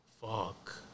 Fuck